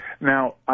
Now